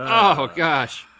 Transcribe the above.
oh gosh.